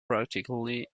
practically